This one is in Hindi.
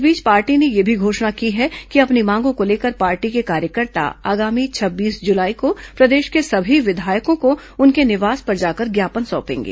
इस बीच पार्टी ने यह भी घोषणा की है कि अपनी मांगों को लेकर पार्टी के कार्यकर्ता आगामी छब्बीस जुलाई को प्रदेश के सभी विधायकों को उनके निवास पर जाकर ज्ञापन सौंपेंगे